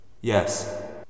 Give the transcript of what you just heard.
Yes